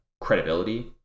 credibility